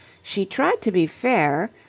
she tried to be fair,